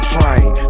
Train